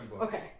Okay